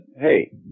hey